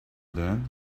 then